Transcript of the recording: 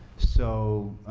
so